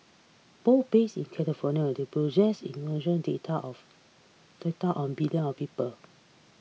both based in California they possess enormous data of data on billions of people